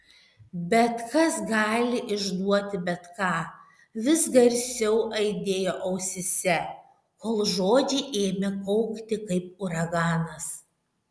bet kas gali išduoti bet ką vis garsiau aidėjo ausyse kol žodžiai ėmė kaukti kaip uraganas